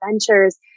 adventures